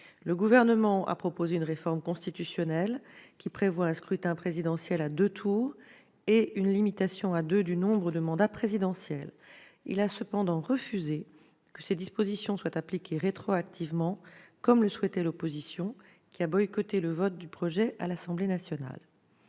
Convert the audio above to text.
Le gouvernement togolais a proposé une réforme constitutionnelle prévoyant un scrutin présidentiel à deux tours et une limitation à deux du nombre de mandats présidentiels. Il a néanmoins refusé que ces dispositions soient appliquées rétroactivement, comme le souhaitait l'opposition, qui a boycotté le vote du projet à l'Assemblée nationale.